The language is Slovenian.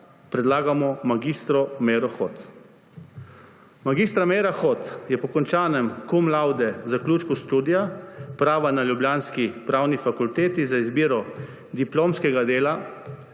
predlagamo mag. Meiro Hot. Mag. Meira Hot je po cum laude zaključku študija prava na ljubljanski pravni fakulteti z izbiro diplomskega dela